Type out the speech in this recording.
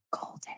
golden